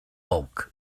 bulk